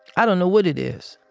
i don't know what it is.